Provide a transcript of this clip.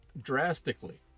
drastically